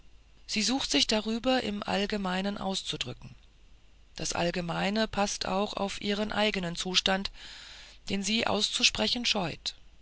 sie sucht sich darüber im allgemeinen auszudrücken das allgemeine paßt auch auf ihren eignen zustand den sie auszusprechen scheut